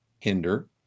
hinder